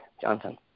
Johnson